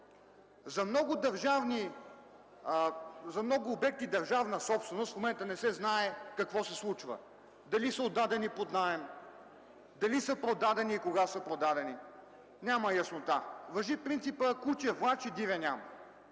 За много обекти – държавна собственост, в момента не се знае какво се случва, дали са отдадени под наем, дали са продадени и кога са продадени. Няма яснота. Важи принципът: „Куче влачи, диря няма”.